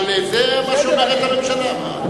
אבל זה מה שהממשלה אומרת.